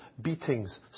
beatings